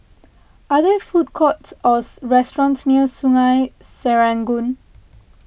are there food courts or restaurants near Sungei Serangoon